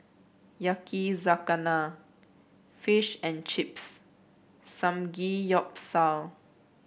Yakizakana Fish and Chips Samgeyopsal